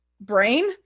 brain